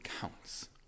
counts